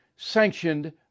Sanctioned